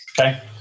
okay